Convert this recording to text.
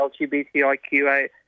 LGBTIQA